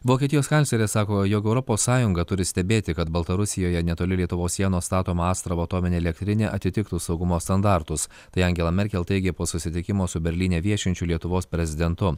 vokietijos kanclerė sako jog europos sąjunga turi stebėti kad baltarusijoje netoli lietuvos sienos statoma astravo atominė elektrinė atitiktų saugumo standartus tai angela merkel teigė po susitikimo su berlyne viešinčiu lietuvos prezidentu